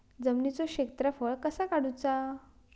जमिनीचो क्षेत्रफळ कसा काढुचा?